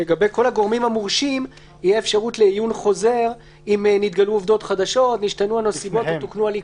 ההבניה ששיקול הדעת יכלול, (1)